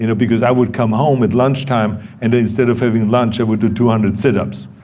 you know because i would come home at lunchtime and instead of having lunch, i would do two hundred sit-ups.